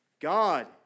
God